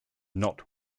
not